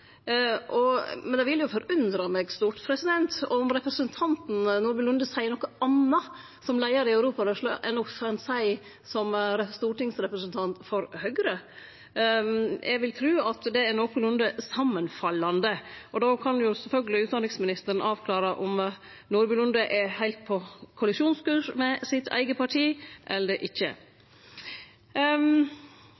men det vil forundre meg stort om representanten Nordby Lunde seier noko anna som leiar i Europarørsla enn ho kan seie som stortingsrepresentant for Høgre. Eg vil tru at det er nokolunde samanfallande. Då kan sjølvsagt utanriksministeren avklare om Nordby Lunde er heilt på kollisjonskurs med sitt eige parti eller ikkje. For å sitere det